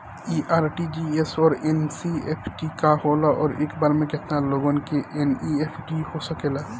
इ आर.टी.जी.एस और एन.ई.एफ.टी का होला और एक बार में केतना लोगन के एन.ई.एफ.टी हो सकेला?